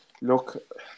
look